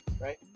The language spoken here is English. right